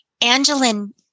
Angeline